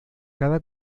cada